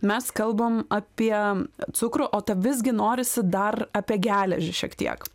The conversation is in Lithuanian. mes kalbam apie cukrų o tą visgi norisi dar apie geležį šiek tiek